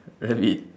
rabbit